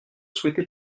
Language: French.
souhaité